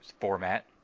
format